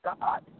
God